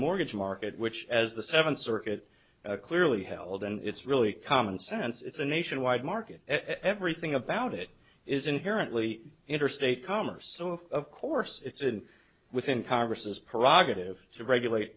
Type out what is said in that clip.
mortgage market which as the seventh circuit clearly held and it's really common sense it's a nationwide market everything about it is inherently interstate commerce so of course it's in within congress's parag a tive to regulate